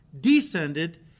descended